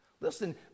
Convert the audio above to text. listen